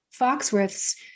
Foxworth's